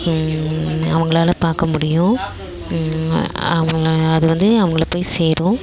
அவங்களால பார்க்க முடியும் அவங்க அதுவந்து அவங்கள போய் சேரும்